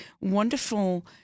wonderful